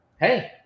hey